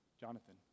Jonathan